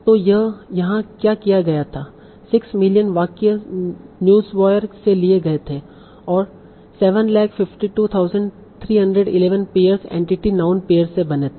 तो यहाँ क्या किया गया था 6 मिलियन वाक्य न्यूज़वायर से लिए गए थे और 752311 पेयर्स एंटिटीस नाउन पेयर्स से बने थे